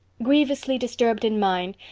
grievously disturbed in mind,